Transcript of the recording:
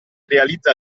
realizza